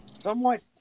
somewhat